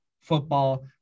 football